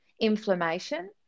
inflammation